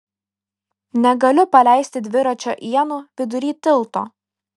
negaliu paleisti dviračio ienų vidury tilto